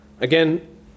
Again